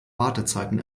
wartezeiten